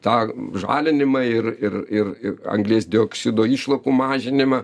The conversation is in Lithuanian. tą žalinimą ir ir ir anglies dioksido išlakų mažinimą